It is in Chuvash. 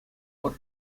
пур